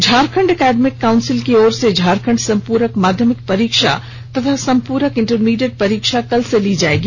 Jharkhand academic council की ओर से झारखंड संपूरक माध्यमिक परीक्षा तथा संपूरक इंटरमीडिएट परीक्षा कल से ली जाएगी